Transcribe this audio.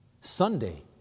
Sunday